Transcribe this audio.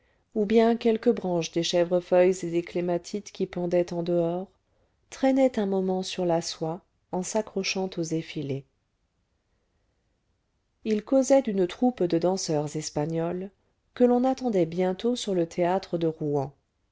ou bien quelque branche des chèvrefeuilles et des clématites qui pendaient en dehors traînait un moment sur la soie en s'accrochant aux effilés ils causaient d'une troupe de danseurs espagnols que l'on attendait bientôt sur le théâtre de rouen